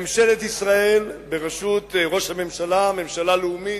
ממשלת ישראל, בראשות ראש הממשלה, ממשלה לאומית,